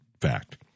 fact